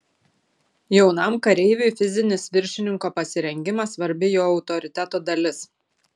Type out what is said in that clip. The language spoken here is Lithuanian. jaunam kareiviui fizinis viršininko pasirengimas svarbi jo autoriteto dalis